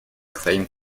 claim